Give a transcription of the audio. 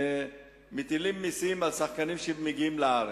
מטילים מסים על שחקנים שמגיעים לארץ.